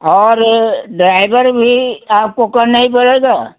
और ड्राइवर भी आपको करना ही पड़ेगा